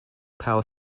power